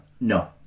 No